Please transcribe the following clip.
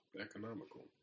economical